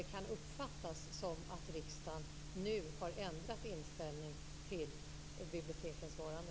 Det kan uppfattas så att riksdagen nu har ändrat inställning till bibliotekens varande.